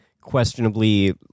questionably